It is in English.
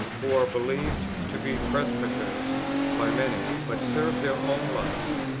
who are believed to be presbyters by many, but serve their own lusts,